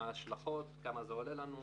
מה ההשלכות, כמה זה עולה לנו וכו'.